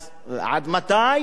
אז עד מתי